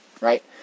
right